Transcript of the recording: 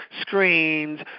screens